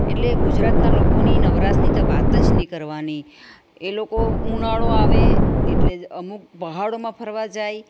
એટલે ગુજરાતના લોકોની નવરાસની તો વાતજ નહીં કરવાની એ લોકો ઉનાળો આવે એટલે અમુક પહાડોમાં ફરવા જાય